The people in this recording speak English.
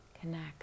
connect